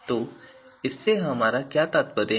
तो इससे हमारा क्या तात्पर्य है